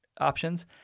options